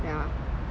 ya